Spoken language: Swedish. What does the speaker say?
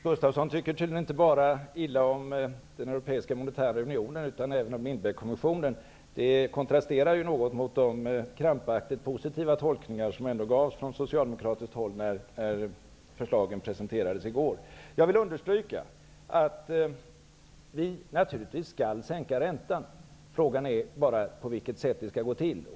Fru talman! Hans Gustafsson tycker tydligen inte bara illa om den europeiska monetära unionen utan även om Lindbeckkommissionen. Det kontrasterar något mot de krampaktigt positiva tolkningar som ändå gavs från socialdemokratiskt håll när förslagen presenterades i går. Jag vill understryka att vi naturligtvis skall sänka räntan. Frågan är bara på vilket sätt det skall gå till.